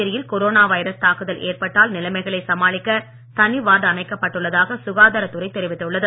புதுச்சேரியில் corona virus தாக்குதல் ஏற்பட்டால் நிலைமைகளை சமாளிக்க தனி வார்டு அமைக்கப் பட்டுள்ளதாக சுகாதார துறை தெரிவித்துள்ளது